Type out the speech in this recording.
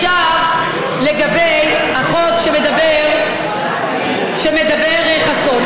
עכשיו לגבי החוק שעליו מדבר חסון.